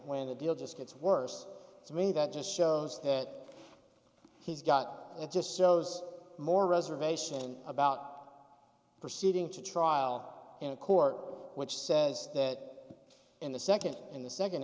when the deal just gets worse to me that just shows that he's got it just shows more reservation about proceeding to trial in a court which says that in the second in the second